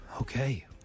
Okay